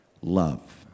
love